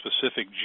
specific